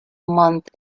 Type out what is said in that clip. month